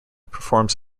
performs